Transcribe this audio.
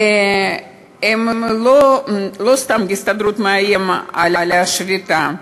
לא סתם ההסתדרות מאיימת בשביתה,